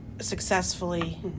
successfully